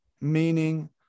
meaning